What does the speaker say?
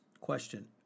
question